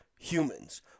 Humans